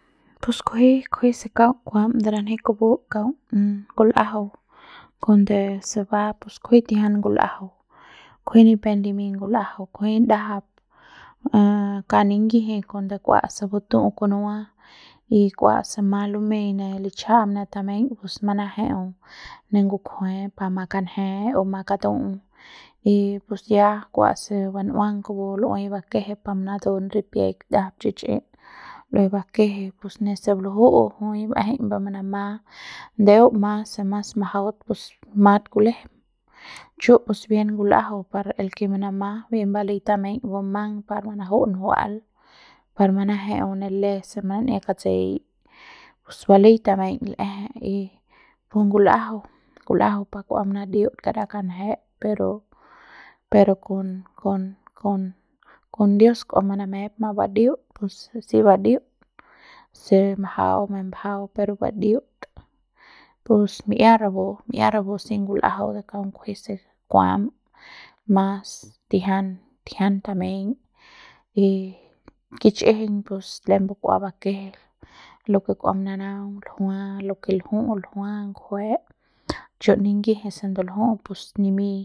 pus kujui kujui se kaung kuam de ranji kupu kuang ngul'ajau kuande se ba pus kunji tijian ngul'ajau kujui ni pe limiñ ngul'ajau kujui ndajap ka nignyiji kua se ba tu'u kunua y kua se mas lumei ne lichjam ne tameiñ pus manaje'eu ne ngukjue pa makanje o makatu'u y pus ya kua se bun'uang kupu lu'ui bakjep pa manatun ripiaikj ndajap chich'i ne bakje pus nese luju'u jui bae'eje ne manama ndeu mas se mas majaut pus mat kulejem chu'u pus bien ngul'ajau par el ke manama bien balei tameiñ bumang par manaju'u njua'al par manaje'eu ne le se manan'ia katsei pus balei tameiñ l'eje y pu ngul'ajau, ngul'ajau pa kua manadiu'ut karat kanjet pero pero kon kon kon kon dios kua manamep mabadiu'ut pos si badiu'ut se majau ni majau pero badiu'ut pus mi'ia rapu mi'ia rapu si ngul'ajau de kaung kunji se kuam mas tijian tijian tameiñ y kich'ijiñ pus lembe kua bakeje lo ke kua mananaung ljua lo ke lju'u ljua ngjue chu ningiji se ndulju'u pus nimiñ